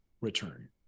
return